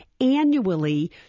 annually